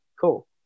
Cool